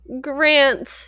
grant